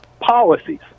policies